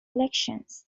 elections